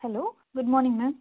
hello good morning ma'am